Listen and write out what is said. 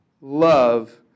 love